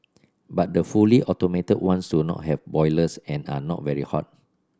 but the fully automatic ones do not have boilers and are not very hot